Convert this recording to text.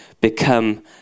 become